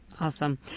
Awesome